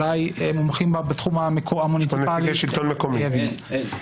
אולי מומחים בתחום המוניציפלי יבהירו.